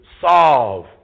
solve